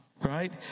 Right